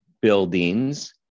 buildings